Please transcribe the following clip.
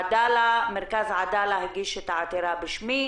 מרכז עדאלה הגיש את העתירה בשמי,